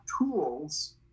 tools